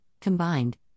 Combined